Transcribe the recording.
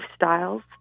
lifestyles